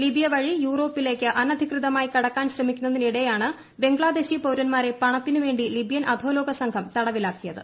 ലിബിയ് പ്പിച്ച് യൂറോപ്പിലേക്ക് അനധികൃതമായി കടക്കാൻ ശ്രമിക്കുന്ന്തിനിടെയാണ് ബംഗ്ലാദേശി പൌരന്മാരെ പണത്തിനുവേണ്ടി ലീബിയൻ അധോലോകസംഘം തടവിലാക്കിയത്